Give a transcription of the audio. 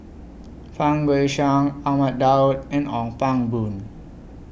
Fang Guixiang Ahmad Daud and Ong Pang Boon